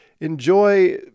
Enjoy